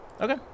Okay